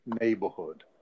neighborhood